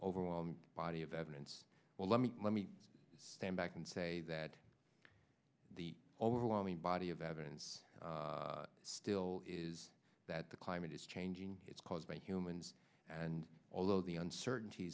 overwhelming body of evidence well let me let me stand back and say that the overwhelming body of evidence still is that the climate is changing it's caused by humans and although the uncertaint